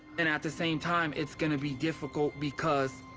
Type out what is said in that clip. and at the same time, it's gonna be difficult because,